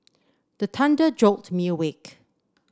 the thunder jolt me awake